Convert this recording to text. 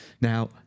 Now